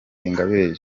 ingabire